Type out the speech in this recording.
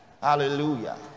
Hallelujah